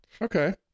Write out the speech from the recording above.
okay